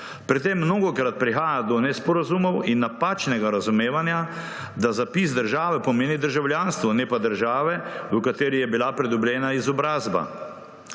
Pri tem mnogokrat prihaja do nesporazumov in napačnega razumevanja, da zapis države pomeni državljanstvo, ne pa države, v kateri je bila pridobljena izobrazba.